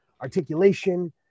Articulation